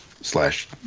slash